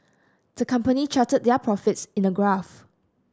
the company charted their profits in a graph